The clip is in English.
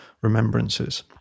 remembrances